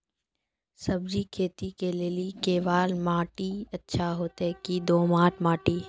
सब्जी खेती के लेली केवाल माटी अच्छा होते की दोमट माटी?